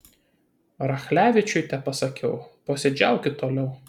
rachlevičiui tepasakiau posėdžiaukit toliau